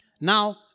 Now